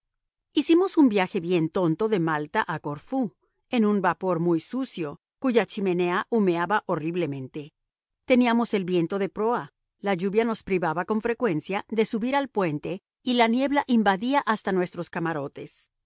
hicimos un viaje bien tonto de malta a corfú en un vapor muy sucio cuya chimenea humeaba horriblemente teníamos el viento de proa la lluvia nos privaba con frecuencia de subir al puente y la niebla invadía hasta nuestros camarotes